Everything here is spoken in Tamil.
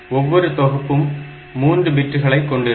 ஒவ்வொரு தொகுப்பும் 3 பிட்டுகளை கொண்டிருக்கும்